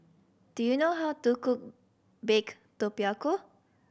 do you know how to cook baked tapioca